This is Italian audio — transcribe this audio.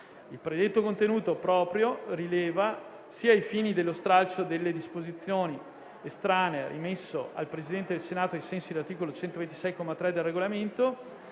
Il predetto contenuto proprio rileva sia ai fini dello stralcio delle disposizioni estranee, rimesso al Presidente del Senato ai sensi dell'articolo 126, comma 3, del Regolamento,